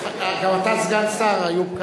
גם אתה סגן שר, איוב קרא.